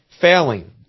failing